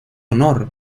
honor